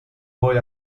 boy